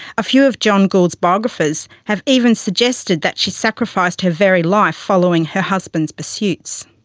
a few of john gould's biographers have even suggested that she sacrificed her very life following her husband's pursuits.